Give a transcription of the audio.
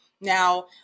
now